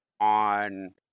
On